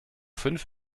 fünf